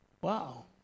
Wow